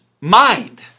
mind